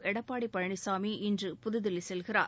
எடப்பாடி பழனிசாமி இன்று புதுதில்லி செல்கிறார்